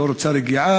לא רוצה רגיעה,